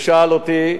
הוא שאל אותי,